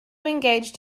engaged